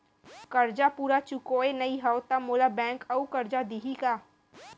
करजा पूरा चुकोय नई हव त मोला बैंक अऊ करजा दिही का?